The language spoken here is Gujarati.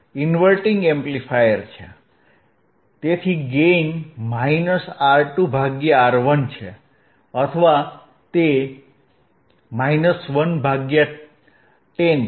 તેથી ગેઇન માઇનસ R2 ભાગ્યા R1 છે અથવા તે 1 ભાગ્યા 10 છે